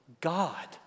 God